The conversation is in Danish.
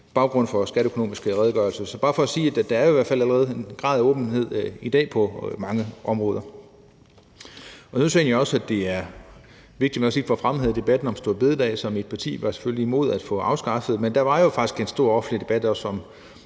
baggrunden for de skatteøkonomiske redegørelser. Så det er bare for at sige, at der i hvert fald allerede i dag er en grad af åbenhed på mange områder. Så synes jeg egentlig også, at det er vigtigt, at man får fremhævet debatten om store bededag, som mit parti selvfølgelig var imod at få afskaffet. Men der var jo faktisk en stor offentlig debat også om